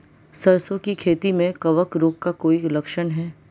सरसों की खेती में कवक रोग का कोई लक्षण है?